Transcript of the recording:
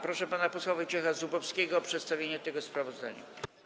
Proszę pana posła Wojciecha Zubowskiego o przedstawienie tego sprawozdania.